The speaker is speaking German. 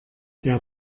der